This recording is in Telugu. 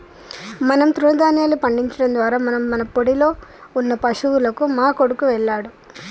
మనం తృణదాన్యాలు పండించడం ద్వారా మనం మన పాడిలో ఉన్న పశువులకు మా కొడుకు వెళ్ళాడు